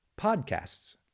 podcasts